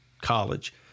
college